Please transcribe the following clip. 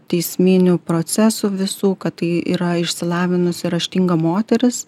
teisminių procesų visų kad tai yra išsilavinusi raštinga moteris